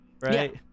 right